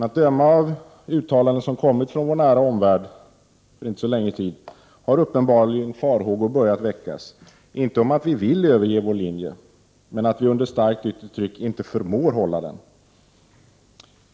Att döma av uttalanden som kommit från vår nära omvärld för inte så länge sedan, har uppenbarligen farhågor börjat väckas, inte om att vi vill överge vår linje, men att vi under starkt yttre tryck inte förmår hålla den.